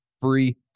free